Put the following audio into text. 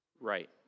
Right